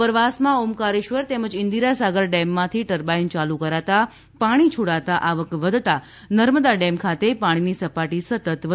ઉપરવાસમાં ઓમકારેશ્વર તેમજ ઇન્દિરા સાગર ડેમમાંથી ટર્બાઇન યાલુ કરાતા પાણી છોડાતા આવક વધતા નર્મદા ડેમ ખાતે પાણીની સપાટી સતત વધી રહી છે